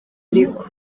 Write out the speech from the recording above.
ariko